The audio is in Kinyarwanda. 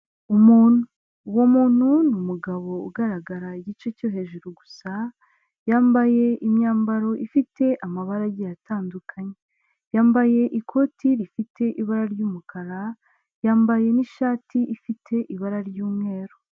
Umuntu, uwo muntu ni umugabo ugaragara igice cyo hejuru gusa, yambaye imyambaro ifite amabara agiye atandukanye, yambaye ikoti rifite ibara ry'umukara yambaye n'ishati ifite ibara ry'umweru.